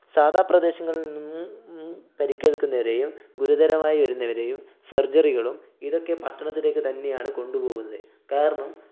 സാധാ പ്രദേശങ്ങളിൽ നിന്നും പരുക്കേൽക്കുന്നവരെയും ഗുരുതരമായി വരുന്നവരെയും സർജറികളും ഇതൊക്കെ പട്ടണത്തിലേയ്ക്ക് തന്നെയാണ് കൊണ്ടുപോകുന്നത് കാരണം